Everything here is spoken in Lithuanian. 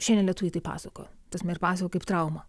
šiandien lietuviai tai pasakojo ta prasme ir pasakojo kaip traumą